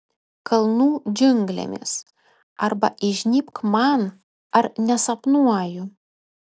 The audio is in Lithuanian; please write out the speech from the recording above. kalnų džiunglėmis arba įžnybk man ar nesapnuoju